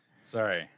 Sorry